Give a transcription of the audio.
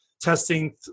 testing